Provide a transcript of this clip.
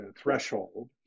threshold